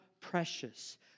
precious